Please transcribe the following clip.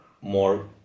more